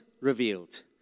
revealed